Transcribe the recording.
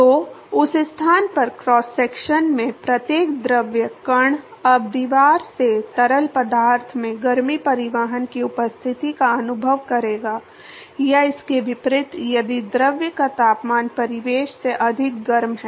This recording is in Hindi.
तो उस स्थान पर क्रॉस सेक्शन में प्रत्येक द्रव कण अब दीवार से तरल पदार्थ में गर्मी परिवहन की उपस्थिति का अनुभव करेगा या इसके विपरीत यदि द्रव का तापमान परिवेश से अधिक गर्म है